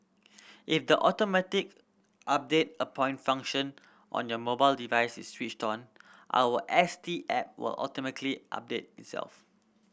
if the automatic update a point function on your mobile device is switched on our S T app will automatically update itself